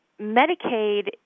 Medicaid